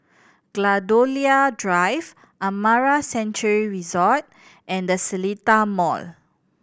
Gladiola Drive Amara Sanctuary Resort and The Seletar Mall